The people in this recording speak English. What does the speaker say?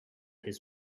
his